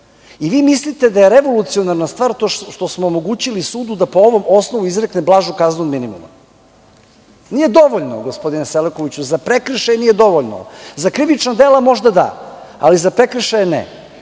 nas. Vi mislite da je revolucionarna stvar to što smo omogućili sudu da po ovom osnovu izrekne blažu kaznu od minimuma. Nije dovoljno, gospodine Selakoviću, za prekršaj nije dovoljno, za krivična dela možda da, ali za prekršaje ne.